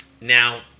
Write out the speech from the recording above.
Now